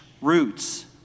roots